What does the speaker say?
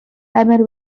emyr